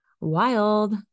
wild